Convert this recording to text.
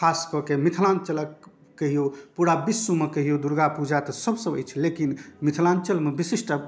खासकऽ कऽ मिथिलाञ्चलके कहिऔ पूरा विश्वमे कहिऔ दुर्गापूजा तऽ सबसँ अछि लेकिन मिथिलाञ्चलमे विशिष्ट